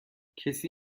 کسی